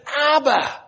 Abba